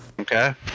Okay